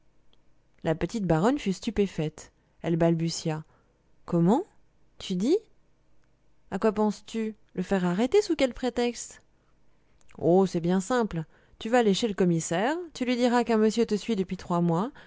la petite baronne fut stupéfaite elle balbutia comment tu dis a quoi penses-tu le faire arrêter sous quel prétexte oh c'est bien simple tu vas aller chez le commissaire tu lui diras qu'un monsieur te suit depuis trois mois